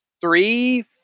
three –